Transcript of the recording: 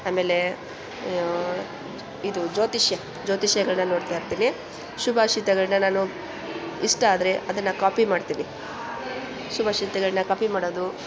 ಆಮೇಲೆ ಇದು ಜ್ಯೋತಿಷ್ಯ ಜ್ಯೋತಿಷ್ಯಗಳನ್ನ ನೋಡ್ತಾಯಿರ್ತೀನಿ ಶುಭಾಷಿತಗಳನ್ನ ನಾನು ಇಷ್ಟ ಆದರೆ ಅದನ್ನು ಕಾಪಿ ಮಾಡ್ತೀನಿ ಶುಭಾಷಿತಗಳನ್ನ ಕಾಪಿ ಮಾಡೋದು